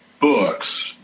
books